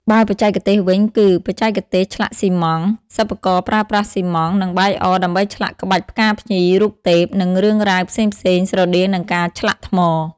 បើបច្ចេកទេសវិញ គឺបច្ចេកទេសឆ្លាក់ស៊ីម៉ង់ត៍: សិប្បករប្រើប្រាស់ស៊ីម៉ង់ត៍ និងបាយអរ ដើម្បីឆ្លាក់ក្បាច់ផ្កាភ្ញី រូបទេព និងរឿងរ៉ាវផ្សេងៗ ស្រដៀងនឹងការឆ្លាក់ថ្ម។